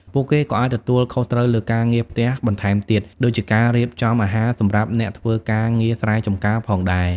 ពួកគេក៏អាចទទួលខុសត្រូវលើការងារផ្ទះបន្ថែមទៀត ដូចជាការរៀបចំអាហារសម្រាប់អ្នកធ្វើការងារស្រែចម្ការផងដែរ។